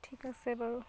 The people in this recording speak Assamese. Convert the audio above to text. ঠিক আছে বাৰু